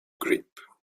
grip